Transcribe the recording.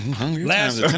Last